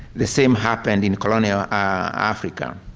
the same happened in colonial africa.